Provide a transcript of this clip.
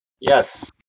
Yes